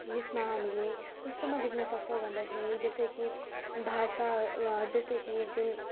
यसमा हामीले कस्तोमा देख्नसक्छौँ भन्दाखेरि जस्तै कि भाषा वा जस्तै कि जुन